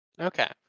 Okay